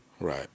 Right